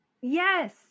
Yes